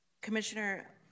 Commissioner